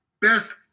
best